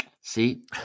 see